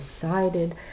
decided